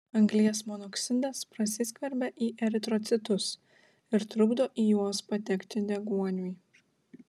anglies monoksidas prasiskverbia į eritrocitus ir trukdo į juos patekti deguoniui